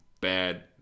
bad